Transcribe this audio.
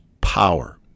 power